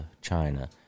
China